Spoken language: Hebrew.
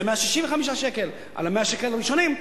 זה 165 שקלים על 100 השקל הראשונים?